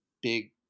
big